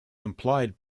implied